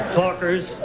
talkers